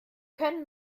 können